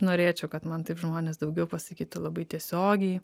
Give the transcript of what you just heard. norėčiau kad man taip žmonės daugiau pasakytų labai tiesiogiai